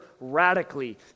radically